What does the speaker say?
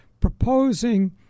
proposing